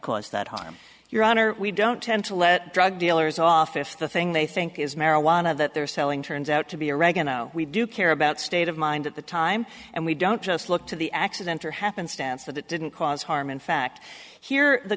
cause that harm your honor we don't tend to let drug dealers off if the thing they think is marijuana that they're selling turns out to be a regen oh we do care about state of mind at the time and we don't just look to the accident or happenstance that it didn't cause harm in fact here the